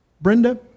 Brenda